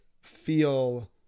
feel